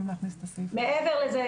מעבר לזה,